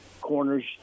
corners